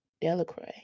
Delacroix